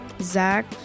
Zach